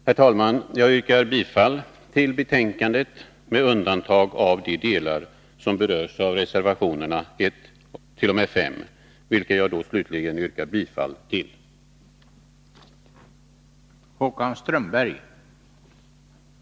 Herr talman! Jag yrkar bifall till reservationerna 1-5 och i övriga delar till utskottets hemställan.